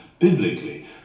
biblically